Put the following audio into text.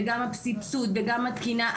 גם הסבסוד וגם התקינה,